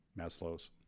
Maslow's